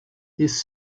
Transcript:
this